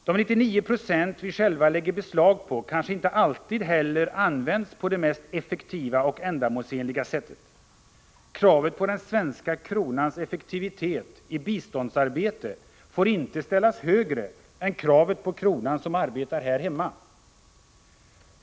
De 99 9; vi själva lägger beslag på kanske inte alltid heller används på det mest effektiva och ändamålsenliga sättet. Kravet på den svenska kronans effektivitet i biståndsarbete får inte ställas högre än kravet på kronan som arbetar här hemma.